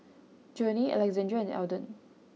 Journey Alexandria and Elden